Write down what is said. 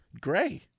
Gray